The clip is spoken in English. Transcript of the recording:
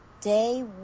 day